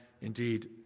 indeed